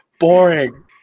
boring